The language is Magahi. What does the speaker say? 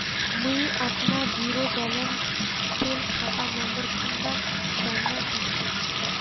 मुई अपना जीरो बैलेंस सेल खाता नंबर कुंडा जानवा चाहची?